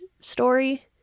story